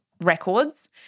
records